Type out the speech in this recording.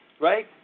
right